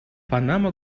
панама